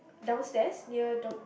downstairs near Don